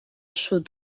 sud